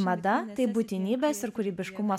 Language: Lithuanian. mada tai būtinybės ir kūrybiškumo